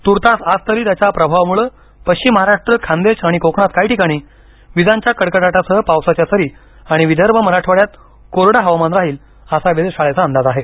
तूर्तास आज तरी त्याच्या प्रभावामुळे पश्विम महाराष्ट्र खान्देश आणि कोकणात काही ठिकाणी विजांच्या कडकडाटासह पावसाच्या सरी आणि विदर्भ मराठवाड्यात कोरडं हवामान राहील असा वेधशाळेचा अंदाज आहे